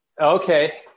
Okay